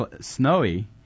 snowy